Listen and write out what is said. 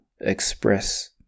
express